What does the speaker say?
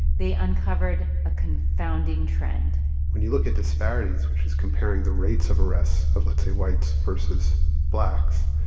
they uncovered a confounding trend when you look at disparities, which is comparing the rates of arrests of, let's say, whites versus blacks,